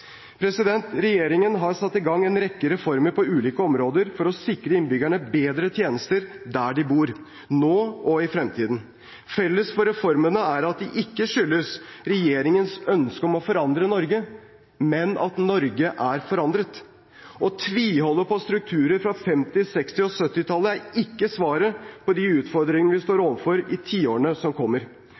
Regjeringen har satt i gang en rekke reformer på ulike områder for å sikre innbyggerne bedre tjenester der de bor, nå og i fremtiden. Felles for reformene er at de ikke skyldes regjeringens ønske om å forandre Norge, men at Norge er forandret. Å tviholde på strukturer fra 1950-, 60- og 70-tallet er ikke svaret på de utfordringene vi står overfor i tiårene som kommer.